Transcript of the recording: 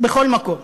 בכל מקום,